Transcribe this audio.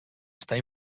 estar